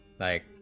bike